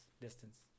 distance